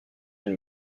une